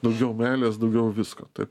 daugiau meilės daugiau visko taip